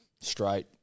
Straight